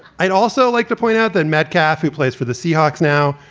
i'd also like to point out that metcalf, who plays for the seahawks now,